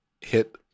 hit